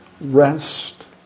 rest